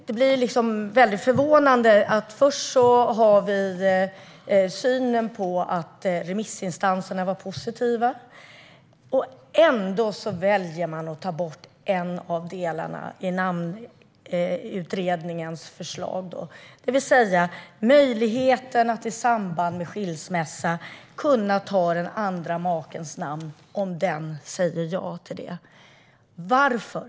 Det blir väldigt förvånande att vi först har synen att remissinstanserna var positiva, och ändå väljer man att ta bort en av delarna i namnutredningens förslag, det vill säga möjligheten att i samband med skilsmässa ta makens eller makans namn - om den säger ja till det. Varför?